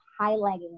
highlighting